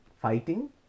fighting